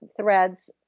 threads